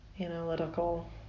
analytical